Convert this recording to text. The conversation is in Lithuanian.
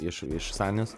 iš iš sanios